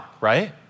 right